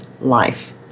life